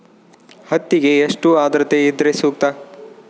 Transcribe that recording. ಹತ್ತಿಗೆ ಎಷ್ಟು ಆದ್ರತೆ ಇದ್ರೆ ಸೂಕ್ತ?